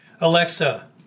Alexa